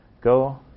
Go